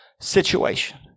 situation